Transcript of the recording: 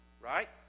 right